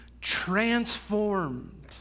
transformed